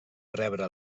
rebre